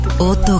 Otto